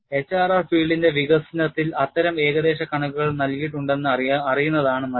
HRR ഫീൽഡിന്റെ വികസനത്തിൽ അത്തരം ഏകദേശ കണക്കുകൾ നടത്തിയിട്ടുണ്ടെന്ന് അറിയുന്നതാണ് നല്ലത്